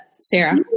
Sarah